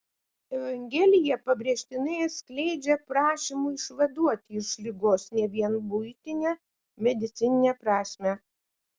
evangelija pabrėžtinai atskleidžia prašymų išvaduoti iš ligos ne vien buitinę medicininę prasmę